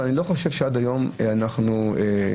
ואני לא חושב שעד היום אנחנו הגענו.